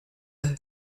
eux